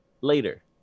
Later